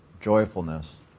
joyfulness